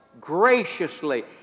graciously